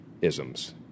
isms